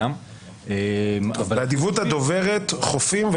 --- באדיבות הדוברת: אומרים "חוֹפִים",